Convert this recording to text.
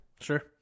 Sure